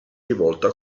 rivolta